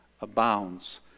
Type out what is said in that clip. abounds